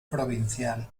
provincial